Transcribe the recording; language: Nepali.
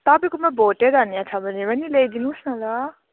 तपाईँकोमा भोटे धनियाँ छ भने पनि ल्याइदिनुहोस् न ल